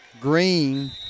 Green